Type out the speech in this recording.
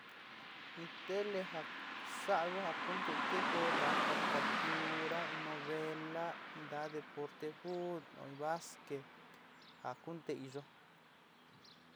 In tele ja sa'a ku ja kunté kekoy ntaá caricatura in novelá in ntaá deporte fut ó i basquet ja kunté iyo.